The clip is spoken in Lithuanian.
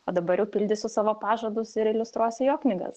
o dabar jau pildysiu savo pažadus ir iliustruosiu jo knygas